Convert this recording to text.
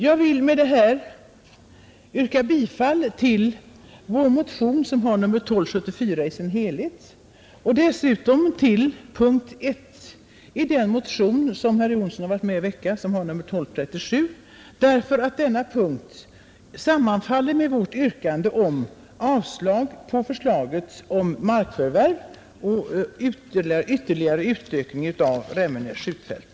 Jag vill med detta yrka bifall till vår motion i dess helhet — den har nummer 1274 — och dessutom till punkten 1 i den motion som herr Jonsson i Alingsås har varit med om att väcka och som har nummer 1237, eftersom denna punkt sammanfaller med vårt yrkande om avslag på förslaget om markförvärv för ytterligare utökning av Remmene skjutfält.